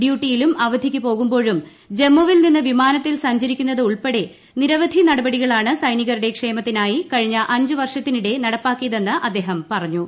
ഡ്യൂട്ടിയിലും അവധിക്ക് പോകുമ്പോഴും ജമ്മുവിൽ നിന്ന് വിമാനത്തിൽ സഞ്ചരിക്കുന്നത് ഉൾപ്പെടെ നിരവധി നടപടികളാണ് സൈനികരുടെ ക്ഷേമത്തിനായി കഴിഞ്ഞ അഞ്ച് വർഷത്തിനിടെ നടപ്പാക്കിയതെന്ന് അദ്ദേഹം പറഞ്ഞു